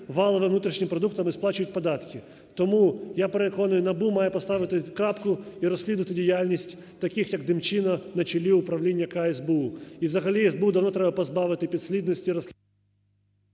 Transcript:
валовим внутрішнім продуктом і сплачують податки. Тому, я переконаний, НАБУ має поставити крапку і розслідувати діяльність таких як Демчина на чолі управління "К" СБУ. І взагалі СБУ давно треба позбавити підслідності…